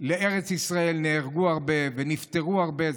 לארץ ישראל נהרגו הרבה ונפטרו הרבה.